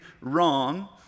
wrong